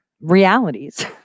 realities